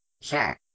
Sure